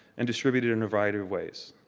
and distributed in a variety of ways.